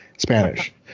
Spanish